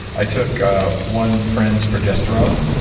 i took one friend's progesterone